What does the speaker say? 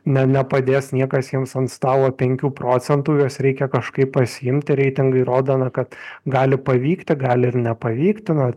ne nepadės niekas jiems ant stalo penkių procentų juos reikia kažkaip pasiimti reitingai rodo na kad gali pavykti gali ir nepavykti na